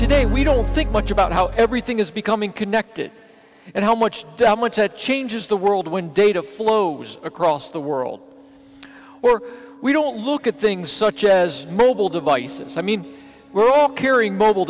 today we don't think much about how everything is becoming connected and how much damage that changes the world when data flows across the world well we don't look at things such as mobile devices i mean we're all carrying mobile